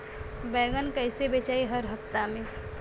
बैगन कईसे बेचाई हर हफ्ता में?